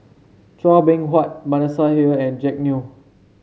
Chua Beng Huat Manasseh Meyer and Jack Neo